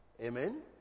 Amen